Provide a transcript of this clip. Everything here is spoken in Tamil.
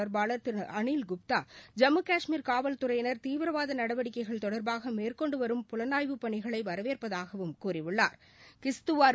தொடர்பாளர் திரு அளில்குப்தா ஜம்மு காஷ்மீர் காவல் துறையினர் தீவிரவாத நடவடிக்கைகள் தொடர்பாக மேற்கொண்டு வரும் புலனாய்வு பணிகளை வரவேற்பதாகவும் கூறியுள்ளார்